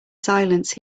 silence